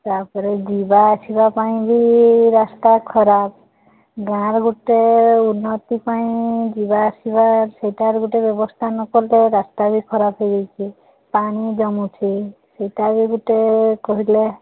ତା'ପରେ ଯିବା ଆସିବା ପାଇଁକି ରାସ୍ତା ଖରାପ ଗାଆଁର ଗୋଟେ ଉନ୍ନତି ପାଇଁ ଯିବା ଆସିବା ସେଟାର ବି ଗୋଟେ ବ୍ୟବସ୍ଥା ନକଲେ ରାସ୍ତା ବି ଖରାପ ହେଇଯାଇଛି ପାଣି ଜମୁଛି ସେଇଟା ବି ଗୋଟେ କହିଲେ